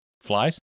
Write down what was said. Flies